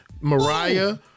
Mariah